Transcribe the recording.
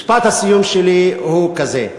משפט הסיום הוא כזה: